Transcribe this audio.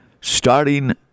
starting